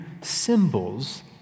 symbols